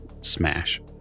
smash